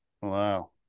Wow